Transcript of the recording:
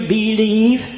believe